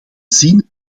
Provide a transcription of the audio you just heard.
zien